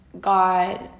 God